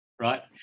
right